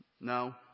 No